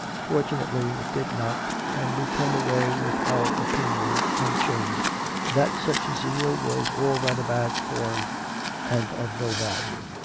fortunately it did not, and we came away with our opinion un changed that such zeal was all rather bad form and of no value.